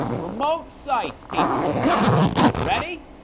remote sites people ready